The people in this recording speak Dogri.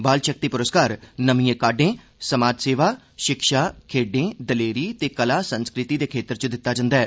बाल शक्ति पुरुस्कार नमियें काड्डे समाज सेवा शिक्षा खेड्डें दिलेरी ते कला संस्कृति दे क्षेत्र च दिता जन्दा ऐ